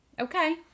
Okay